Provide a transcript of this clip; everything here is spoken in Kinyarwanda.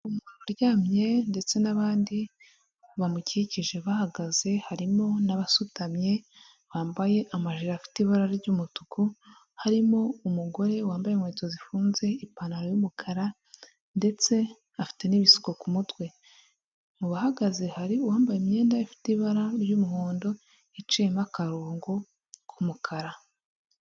Umuntu uryamye ndetse n'abandi bamukikije bahagaze harimo n'abasutamye bambaye amajipo afite ibara ry'umutuku harimo umugore wambaye inkweto zifunze, ipantaro y'umukara ndetse afite n'ibisuko ku mutwe. Mu bahagaze hari uwambaye imyenda ifite ibara ry'umuhondo iciyemo akarongo k'umukara.